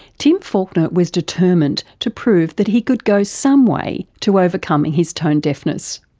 tim falconer was determined to prove that he could go some way to overcoming his tone deafness.